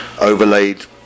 overlaid